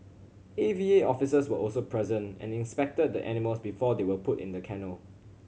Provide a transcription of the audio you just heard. A V A officers were also present and inspected the animals before they were put in the kennel